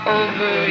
over